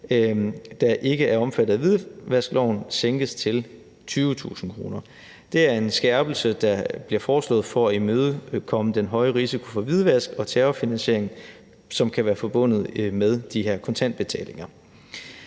der ikke er omfattet af hvidvaskloven, sænkes til 20.000 kr. Det er en skærpelse, der bliver foreslået for at imødegå den høje risiko for hvidvask og terrorfinansiering, som kan være forbundet med de her kontantbetalinger.